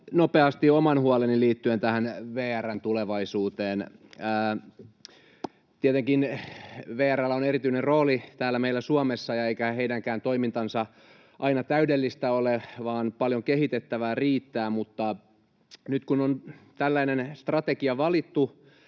nopeasti oman huoleni liittyen VR:n tulevaisuuteen. Tietenkin VR:llä on erityinen rooli täällä meillä Suomessa, eikä heidänkään toimintansa aina täydellistä ole, vaan paljon kehitettävää riittää. Mutta nyt, kun on tällainen strategia valittu